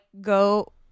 go